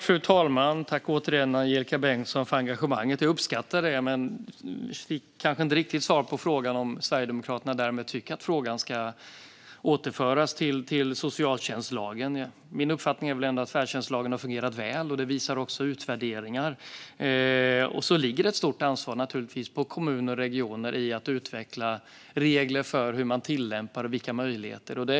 Fru talman! Tack återigen, Angelika Bengtsson, för engagemanget! Jag uppskattar det. Men jag fick inte riktigt svar på om Sverigedemokraterna tycker att frågan ska återföras till socialtjänstlagen. Min uppfattning är att färdtjänstlagen har fungerat väl, vilket utvärderingar visar. Ett stort ansvar ligger som sagt på kommuner och regioner att utveckla regler för hur man tillämpar lagen och vilka möjligheter man ska ha.